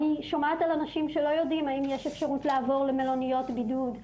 אני שומעת על אנשים שלא יודעים האם יש אפשרות לעבוד למלוניות בידוד.